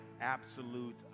absolute